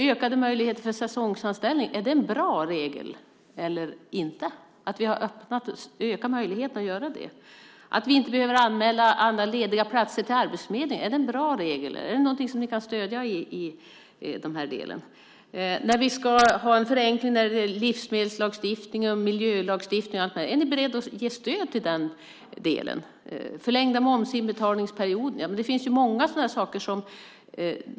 Ökade möjligheter för säsongsanställning - är det en bra regel eller inte, alltså att vi ökat möjligheterna till det? Att vi inte behöver anmäla alla lediga platser till arbetsförmedlingen - är det en bra regel? Är det något som ni kan stödja? Vi ska göra förenklingar i livsmedelslagstiftningen och miljölagstiftningen. Är ni beredda att stödja den delen? Vi har infört förlängda momsinbetalningsperioder. Det finns många sådana saker.